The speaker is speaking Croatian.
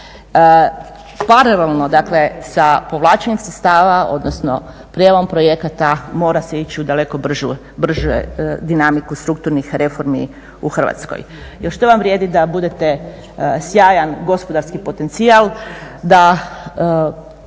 Paralelno dakle sa povlačenjem sredstava, odnosno prijavom projekata mora se ići u daleko bržu dinamiku strukturnih reformi u Hrvatskoj. Jer što vam vrijedi da budete sjajan gospodarski potencijal, da